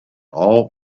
all